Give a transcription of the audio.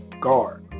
guard